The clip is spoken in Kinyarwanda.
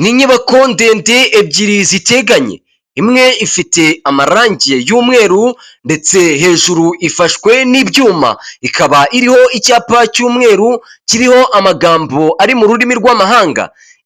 Ni inyubako ndende ebyiri ziteganye imwe, ifite amarange y'umweru ndetse hejuru ifashwe n'ibyuma, ikaba iriho icyapa cy'umweru kiriho amagambo ari mu rurimi rw'amahanga,